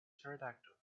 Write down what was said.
pterodactyl